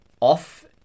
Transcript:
off